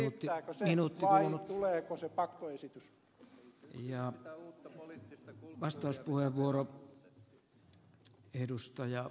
riittääkö se vai tuleeko se pakkoesitys